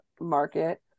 market